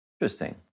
Interesting